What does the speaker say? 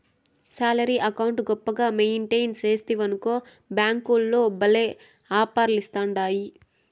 salary account గొప్పగా maintain సేస్తివనుకో బ్యేంకోల్లు భల్లే ఆపర్లిస్తాండాయి